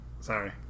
Sorry